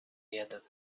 jeden